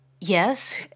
yes